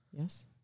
yes